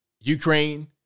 Ukraine